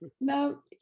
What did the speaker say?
now